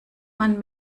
man